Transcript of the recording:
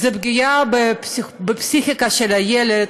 זו פגיעה בפסיכיקה של הילד.